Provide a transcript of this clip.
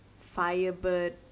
firebird